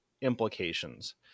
implications